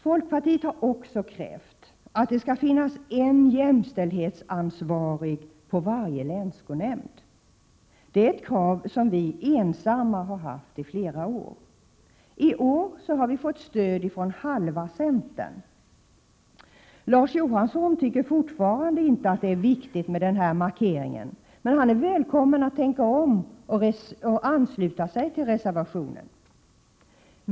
Folkpartiet har också krävt att det skall finnas en jämställdhetsansvarig på varje länsskolnämnd. Det är ett krav som vi ensamma har haft i flera år. I år har vi fått stöd av halva centern. Larz Johansson tycker fortfarande inte att det är viktigt med denna markering, men han är välkommen att tänka om och ansluta sig till reservationen.